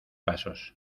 pasos